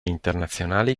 internazionali